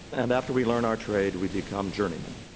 and after we learn our trade, we become journeyman.